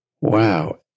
Wow